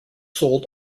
sold